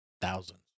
Thousands